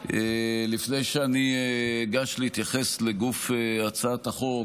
לפני שאגש להתייחס לגוף הצעת החוק,